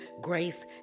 grace